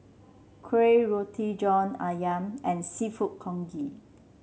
Kuih Roti John ayam and seafood Congee